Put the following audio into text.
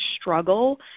struggle